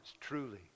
truly